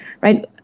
Right